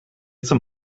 zum